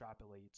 extrapolates